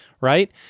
right